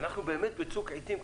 כי אנחנו באמת בצוק העיתים.